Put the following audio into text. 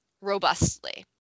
robustly